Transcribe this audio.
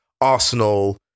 Arsenal